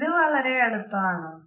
ഇത് വളരെ അടുത്താണോ